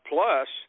Plus